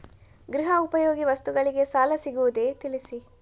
ಗೃಹ ಉಪಯೋಗಿ ವಸ್ತುಗಳಿಗೆ ಸಾಲ ಸಿಗುವುದೇ ತಿಳಿಸಿ?